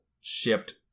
shipped